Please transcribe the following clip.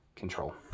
control